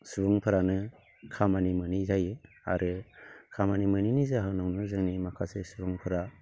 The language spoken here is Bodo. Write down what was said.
सुबुंफोरानो खामानि मोनि जायो आरो खामानि मोनिनि जाहोनावनो जोंनि माखासे सुबुंफोरा